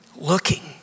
looking